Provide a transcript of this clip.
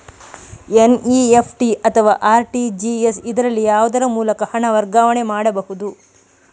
NEFT ಅಥವಾ RTGS, ಇದರಲ್ಲಿ ಯಾವುದರ ಮೂಲಕ ಹಣ ವರ್ಗಾವಣೆ ಮಾಡಬಹುದು?